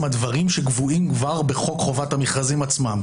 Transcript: מהדברים שקבועים כבר בחוק חובת המכרזים עצמם,